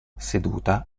seduta